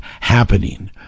happening